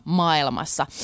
maailmassa